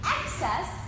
excess